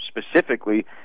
specifically